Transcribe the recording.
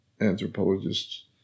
anthropologists